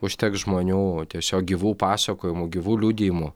užteks žmonių tiesiog gyvų pasakojimų gyvų liudijimų